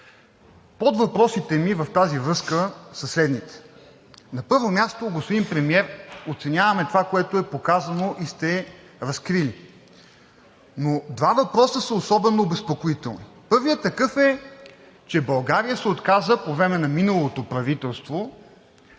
Подвъпросите ми в тази връзка са следните. На първо място, господин Премиер, оценяваме това, което е показано и сте разкрили, но два въпроса са особено обезпокоителни. Първият такъв е, че България се отказа по време на миналото правителство